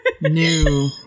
new